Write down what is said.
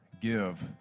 give